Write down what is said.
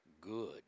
Good